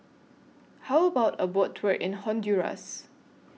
How about A Boat Tour in Honduras